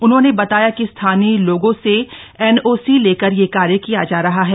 उन्होंने बताया कि स्थानीय लोगों से एन ओ सी लेकर यह कार्य किया जा रहा है